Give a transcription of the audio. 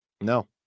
No